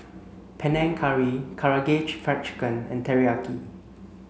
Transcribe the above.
Panang Curry Karaage Fried Chicken and Teriyaki